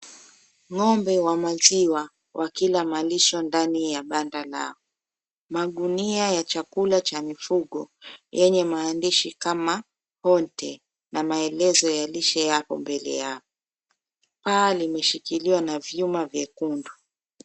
Ng'ombe wa maziwa wakila malisho ndani ya banda Lao. Magunia ya chakula cha mifugo yenye mandishi kama; Ponte na maelezo ya lishe yako mbele yao. Paa limeshikiliwa na vyuma vyekundu.